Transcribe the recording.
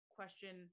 question